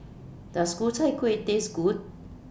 Does Ku Chai Kueh Taste Good